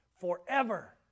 forever